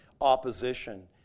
opposition